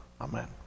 Amen